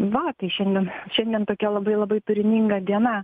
va kai šiandien šiandien tokia labai labai turininga diena